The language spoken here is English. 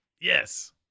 Yes